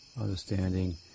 understanding